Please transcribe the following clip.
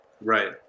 right